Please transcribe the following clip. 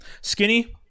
Skinny